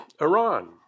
Iran